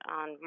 on